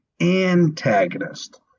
antagonist